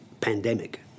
pandemic